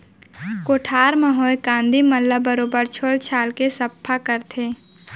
कोठार म होए कांदी मन ल बरोबर छोल छाल के सफ्फा करथे